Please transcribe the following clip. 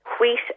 wheat